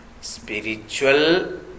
spiritual